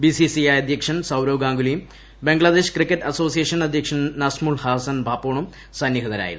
BCCI അദ്ധ്യക്ഷൻ സൌരവ് ഗാംഗുലിയും Bangladesh cricket association അദ്ധ്യക്ഷൻ നസ്മുൾ ഹസൻ പാപ്പോണും സന്നിഹിതരായിരുന്നു